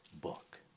book